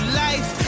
life